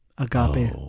Agape